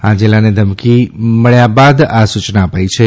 હાંજેલાને ધમકી મળ્યા બાદ આ સૂચના અપાઇ છે